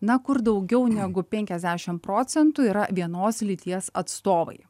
na kur daugiau negu penkiasdešim procentų yra vienos lyties atstovai